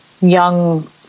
young